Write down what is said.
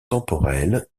temporel